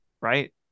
right